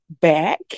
back